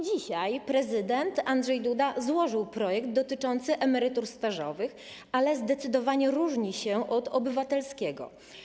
Dzisiaj prezydent Andrzej Duda złożył projekt dotyczący emerytur stażowych, ale zdecydowanie różni się on od obywatelskiego.